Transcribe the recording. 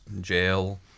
jail